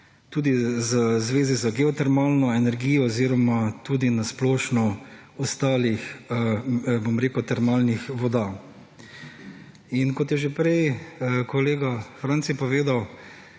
tudi v zvezi z geotermalno energijo oziroma tudi na splošno ostalih, bom rekel termalnih voda. In kot je že prej kolega Franci povedal,